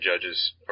judges